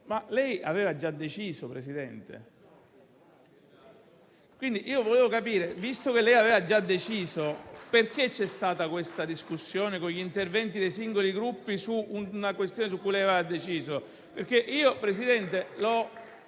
Ma lei aveva già deciso, Presidente? Perché, visto che lei aveva già deciso, c'è stata questa discussione, con gli interventi dei singoli Gruppi, su una questione su cui lei aveva deciso? Signor Presidente, io